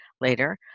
later